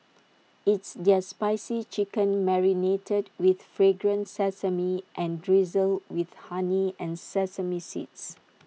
it's their spicy chicken marinated with fragrant sesame and drizzled with honey and sesame seeds